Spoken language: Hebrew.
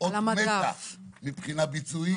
אות מתה מבחינה ביצועית.